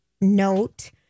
note